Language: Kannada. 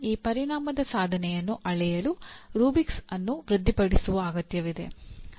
ಈ ಪರಿಣಾಮದ ಸಾಧನೆಯನ್ನು ಅಳೆಯಲು ರೂಬ್ರಿಕ್ಸ್ ಅನ್ನು ಅಭಿವೃದ್ಧಿಪಡಿಸುವ ಅಗತ್ಯವಿದೆ